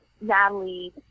Natalie